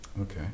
Okay